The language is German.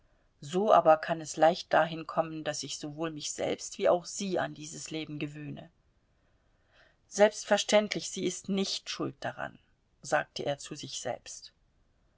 so aber kann es leicht dahin kommen daß ich sowohl mich selbst wie auch sie an dieses leben gewöhne selbstverständlich sie ist nicht schuld daran sagte er zu sich selbst